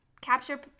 capture